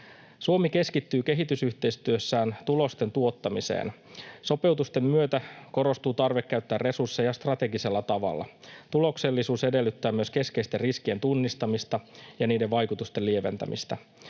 Suomi keskittyy kehitysyhteistyössään tulosten tuottamiseen. Sopeutusten myötä korostuu tarve käyttää resursseja strategisella tavalla. Tuloksellisuus edellyttää myös keskeisten riskien tunnistamista ja niiden vaikutusten lieventämistä.